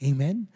Amen